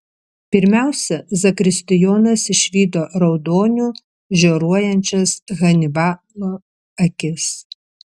pirmiausia zakristijonas išvydo raudoniu žioruojančias hanibalo akis